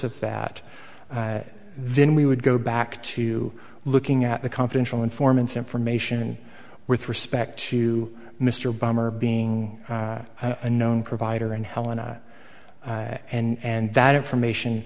of that then we would go back to looking at the confidential informants information with respect to mr balmer being a known provider in helena and that information